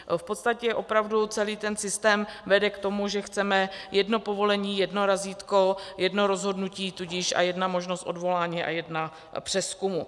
V podstatě opravdu celý systém vede k tomu, že chceme jedno povolení, jedno razítko, jedno rozhodnutí, tudíž jedna možnost odvolání a jedna přezkumu.